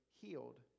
healed